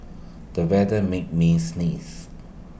the weather made me sneeze